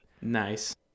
Nice